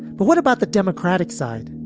but what about the democratic side?